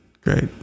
great